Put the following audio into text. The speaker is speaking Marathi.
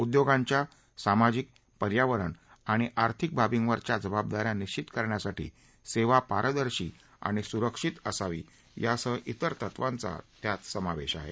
उद्योगांच्या सामाजिक पर्यावरण आणि आर्थिक बाबींवरच्या जबाबदा या निश्चित करण्यासाठी सेवा पारदर्शी आणि सुरक्षित असावी यासह इतर तत्वांचा यात समावेश आहे